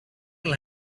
will